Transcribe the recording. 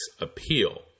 appeal